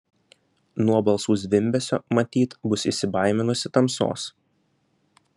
nuo balsų zvimbesio matyt bus įsibaiminusi tamsos